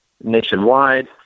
nationwide